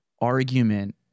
argument